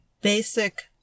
basic